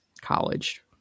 college